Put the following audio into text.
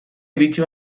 iritsi